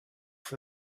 for